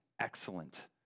excellent